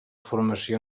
formació